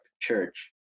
church